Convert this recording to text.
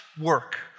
work